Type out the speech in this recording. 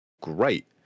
great